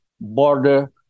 border